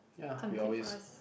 come quick for us